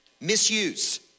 Misuse